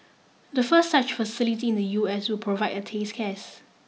the first such facility in the U S will provide a test case